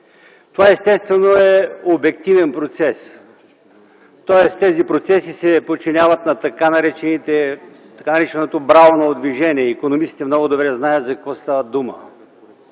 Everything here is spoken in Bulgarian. Това естествено е обективен процес, тоест тези процеси се подчиняват на така нареченото брауново движение, икономистите много добре знаят за какво става дума,